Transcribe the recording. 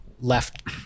left